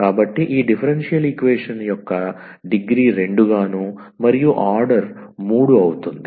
కాబట్టి ఈ differential equation యొక్క డిగ్రీ 2 గాను మరియు ఆర్డర్ 3 అవుతుంది